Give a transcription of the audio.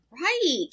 right